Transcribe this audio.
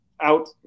out